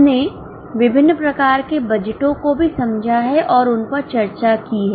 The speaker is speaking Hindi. हमने विभिन्न प्रकार के बजटों को भी समझा है और उन पर चर्चा की है